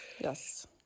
Yes